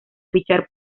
fichar